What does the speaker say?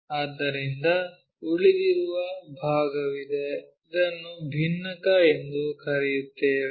ಆದ್ದರಿಂದ ಉಳಿದಿರುವ ಭಾಗವಿದೆ ಇದನ್ನು ಭಿನ್ನಕ ಎಂದು ಕರೆಯುತ್ತೇವೆ